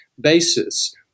basis